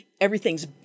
everything's